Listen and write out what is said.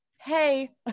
hey